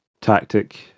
tactic